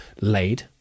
laid